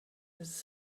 his